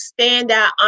standout